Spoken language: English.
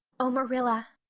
oh, marilla,